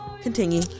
Continue